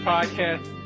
Podcast